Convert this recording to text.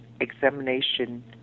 examination